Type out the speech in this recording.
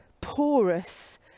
porous